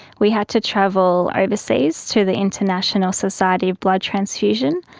we had to travel overseas to the international society of blood transfusion.